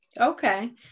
Okay